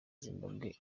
zimbabwe